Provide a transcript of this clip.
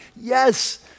yes